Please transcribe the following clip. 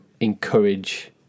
encourage